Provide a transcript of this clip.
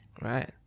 Right